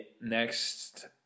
next